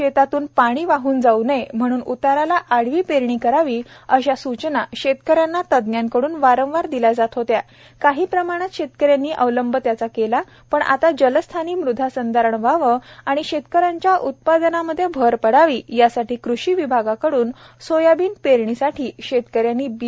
शेतातून पाणी वाहून जाऊ नये म्हणून उताराला आडवी पेरणी करावी अशा सूचना शेतकऱ्यांना तज्ञांकडून वारंवार दिल्या जात होत्या काही प्रमाणात शेतकरी अवलंब करीत होते पण आता जलस्थानी मृदा संधारण व्हावे आणि शेतकऱ्यांच्या उत्पादनांमध्ये भर पडावी यासाठी कृषी विभागाकडून सोयाबीन पेरणी साठी शेतकऱ्यांनी बी